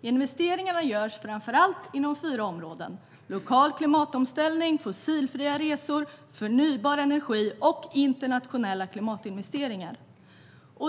Investeringarna görs framför allt inom fyra områden: lokal klimatomställning, fossilfria resor, förnybar energi och internationella klimatinvesteringar.